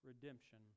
Redemption